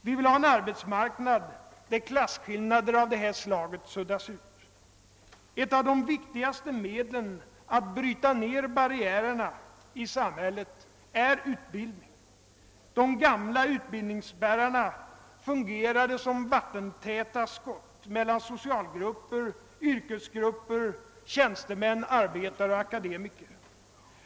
Vi vill ha en arbetsmarknad, där klasskillnader av detta slag suddas ut. Ett av de viktigaste medlen att bryta ner barriärerna i samhället är utbildning. De gamla utbildningsspärrarna fungerade som <vattentäta skott mellan socialgrupper, yrkesgrupper, tjänstemän, arbetare och akademiker.